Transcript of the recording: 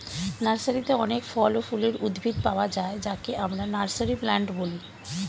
নার্সারিতে অনেক ফল ও ফুলের উদ্ভিদ পাওয়া যায় যাকে আমরা নার্সারি প্লান্ট বলি